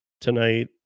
Tonight